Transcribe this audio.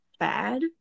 bad